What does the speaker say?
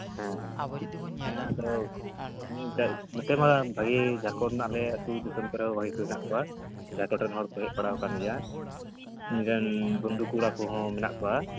ᱦᱮᱸ ᱦᱮᱸ ᱟᱫᱚ ᱱᱚᱛᱮ ᱢᱟ ᱵᱷᱟᱹᱜᱤ ᱡᱷᱟᱲᱠᱷᱚᱰ ᱨᱮᱱᱟᱜ ᱟᱞᱮ ᱟᱹᱛᱩ ᱫᱤᱥᱚᱢ ᱠᱚᱨᱮ ᱦᱚᱸ ᱵᱷᱟᱹᱜᱤ ᱠᱚ ᱦᱮᱱᱟᱜ ᱠᱚᱣᱟ ᱡᱷᱟᱲᱠᱷᱚᱰ ᱨᱮᱱ ᱦᱚᱲ ᱠᱚ ᱦᱮᱡ ᱵᱟᱲᱟ ᱟᱠᱟᱱ ᱜᱮᱭᱟ ᱤᱧ ᱨᱮᱱ ᱵᱚᱱᱫᱷᱩ ᱠᱚᱲᱟ ᱠᱚᱦᱚᱸ ᱢᱮᱱᱟᱜ ᱠᱚᱣᱟ